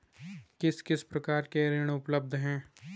किस किस प्रकार के ऋण उपलब्ध हैं?